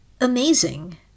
Amazing